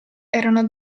erano